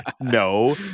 No